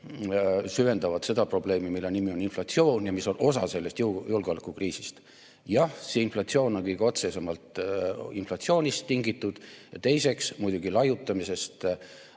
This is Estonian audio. süvendavad seda probleemi, mille nimi on inflatsioon ja mis on osa julgeolekukriisist. Jah, inflatsioon on kõige otsesemalt [sellest] tingitud ja teiseks muidugi laiutamisest